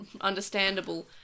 understandable